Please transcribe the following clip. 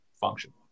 function